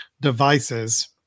devices